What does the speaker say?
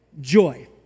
joy